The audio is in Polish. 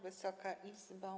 Wysoka Izbo!